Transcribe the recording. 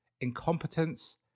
incompetence